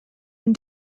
been